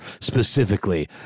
specifically